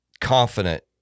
confident